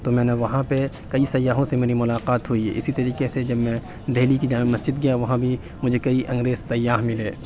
تو میں نے وہاں پہ کئی سیاحوں سے میری ملاقات ہوئی اِسی طریقہ سے جب میں دہلی کی جامع مسجد گیا وہاں بھی مجھے کئی انگریز سیاح ملے